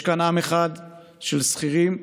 יש כאן עם אחד של שכירים,